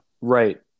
Right